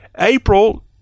April